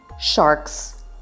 sharks